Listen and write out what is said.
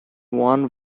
one